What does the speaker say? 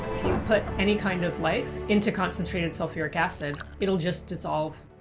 you put any kind of life into concentrated sulfuric acid, it'll just dissolve.